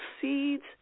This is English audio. seeds